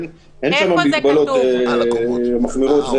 אין שם מגבלות מחמירות.